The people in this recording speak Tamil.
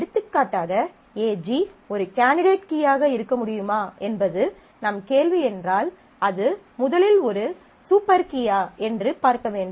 எடுத்துக்காட்டாக AG ஒரு கேண்டிடேட் கீயாக இருக்க முடியுமா என்பது நம் கேள்வி என்றால் அது முதலில் ஒரு சூப்பர் கீயா என்று பார்க்க வேண்டும்